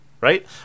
right